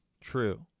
true